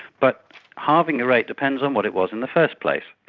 but halving a rate depends on what it was in the first place.